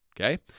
Okay